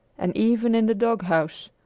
and even in the dog-house.